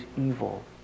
evil